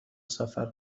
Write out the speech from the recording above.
سفر